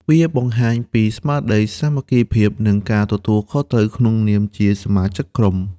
វាបង្ហាញពីស្មារតីសាមគ្គីភាព និងការទទួលខុសត្រូវក្នុងនាមជាសមាជិកក្រុម។